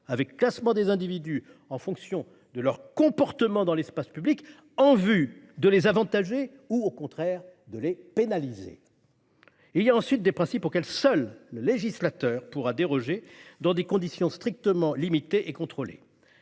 avec classement des individus en fonction de leur comportement dans l'espace public en vue de les avantager ou, au contraire, de les pénaliser. Il y a ensuite des principes auxquels seul le législateur pourra déroger, dans des conditions strictement limitées et contrôlées